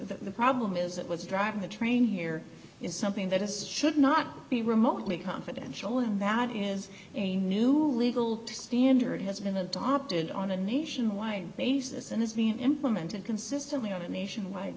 e problem is that what's driving the train here is something that is should not be remotely confidential and that is a new legal standard has been adopted on a nationwide basis and is being implemented consistently on a nationwide